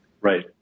Right